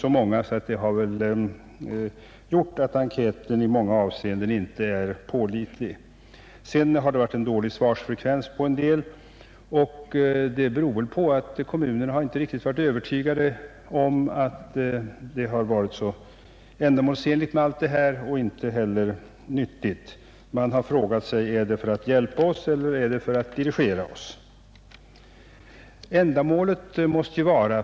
Hur som helst, enkätresultaten har i många avseenden inte blivit pålitliga. Vidare har svarsfrekvensen varit dålig. Kommunerna har tydligen inte varit riktigt övertygade om att det har varit så ändamålsenligt eller ens nyttigt med allt detta uppgiftslämnande. Man har frågat sig: Är det för att hjälpa oss eller för att dirigera oss?